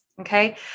Okay